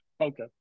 Okay